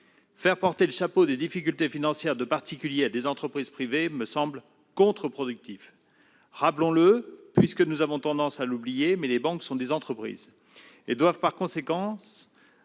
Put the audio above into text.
Faire porter le chapeau des difficultés financières de particuliers à des entreprises privées me semble contre-productif. Rappelons-le, puisque nous avons tendance à l'oublier, les banques sont des entreprises et doivent par conséquent